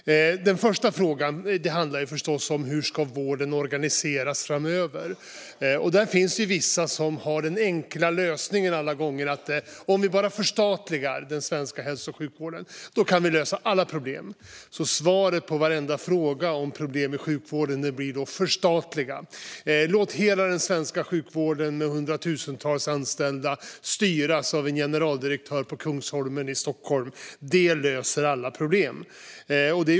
Den första frågan handlar förstås om hur vården ska organiseras framöver. Där finns vissa som har en enkel lösning, nämligen att om vi bara förstatligar den svenska hälso och sjukvården kan alla problem lösas. Svaret på varenda fråga om problem i sjukvården blir då att förstatliga, att låta hela den svenska sjukvården med hundratusentals anställda styras av en generaldirektör på Kungsholmen i Stockholm. Det löser alla problem.